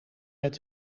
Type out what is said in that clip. met